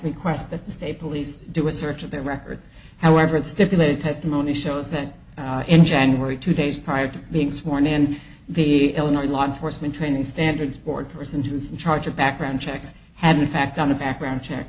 request that the state police do a search of their records however it stipulated testimony shows that in january two days prior to being sworn in the illinois law enforcement training standards board person who's in charge of background checks had in fact got a background check